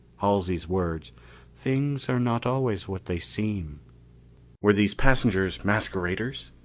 halsey's words things are not always what they seem were these passengers masqueraders?